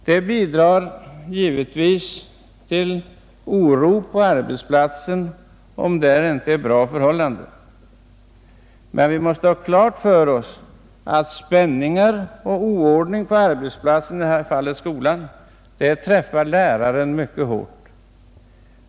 Det bidrar givetvis till oro på arbetsplatsen, om där inte är bra förhållanden. Vi måste då ha klart för oss att spänningar och oordning på arbetsplatsen, i det här fallet skolan, träffar läraren mycket hårt.